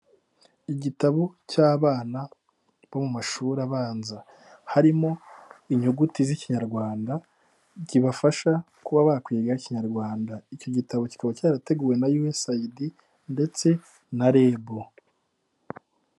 Igitabo cy'abana bo mu mashuri abanza, harimo inyuguti z'ikinyarwanda kibafasha kuba bakwiga ikinyarwanda, icyo gitabo kikaba cyarateguwe na yuwesayidi ndetse na rebu.